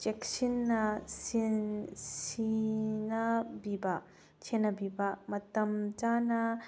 ꯆꯦꯛꯁꯤꯟꯅ ꯁꯤꯟꯅꯕꯤꯕ ꯁꯦꯟꯅꯕꯤꯕ ꯃꯇꯝ ꯆꯥꯅ